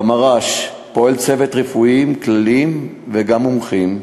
במר"ש פועל צוות רופאים כלליים וגם מומחים,